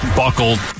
buckled